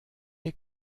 est